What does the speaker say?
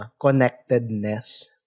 connectedness